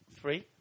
Three